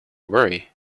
worry